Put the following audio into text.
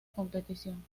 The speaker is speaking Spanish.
competición